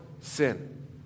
sin